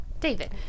David